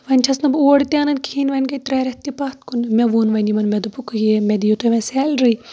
تہٕ وۄنۍ چھَس نہٕ بہٕ اورٕ تہِ اَنان کِہینۍ وۄنۍ گٔے ترٛےٚ رٮ۪تھ تہِ پَتھ کُن مےٚ ووٚن وۄنۍ یِمن مےٚ دوٚپُکھ یہِ مےٚ دِیو تُہۍ وۄنۍ سیلری